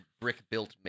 brick-built